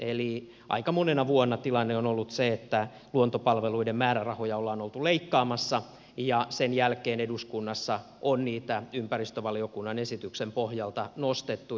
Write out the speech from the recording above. eli aika monena vuonna tilanne on ollut se että luontopalveluiden määrärahoja ollaan oltu leikkaamassa ja sen jälkeen eduskunnassa on niitä ympäristövaliokunnan esityksen pohjalta nostettu